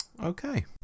Okay